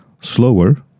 slower